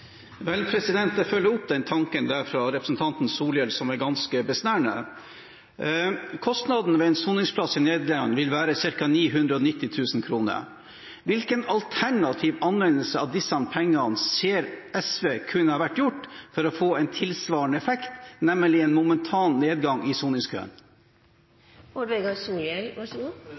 Jeg følger opp den tanken fra representanten Solhjell, som er ganske besnærende. Kostnadene ved en soningsplass i Nederland vil være ca. 990 000 kr. Hvilken alternativ anvendelse av disse pengene ser SV for seg for å få en tilsvarende effekt, nemlig en momentan nedgang i